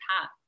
path